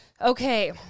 Okay